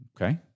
Okay